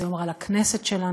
זה יום רע לכנסת שלנו.